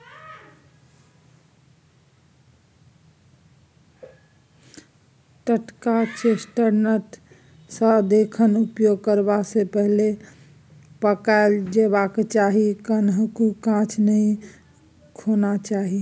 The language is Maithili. टटका चेस्टनट सदिखन उपयोग करबा सँ पहिले पकाएल जेबाक चाही कखनहुँ कांच नहि खेनाइ चाही